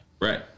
right